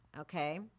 Okay